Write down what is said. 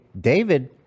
David